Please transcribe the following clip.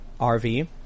RV